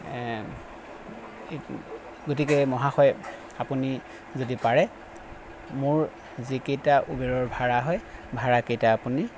এই গতিকে মহাশয় আপুনি যদি পাৰে মোৰ যিকেইটা ওবেৰৰ ভাড়া হয় ভাড়াকেইটা আপুনি